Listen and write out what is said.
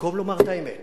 שבמקום לומר את האמת